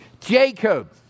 Jacob